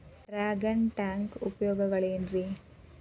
Dragon tank ಉಪಯೋಗಗಳೆನ್ರಿ?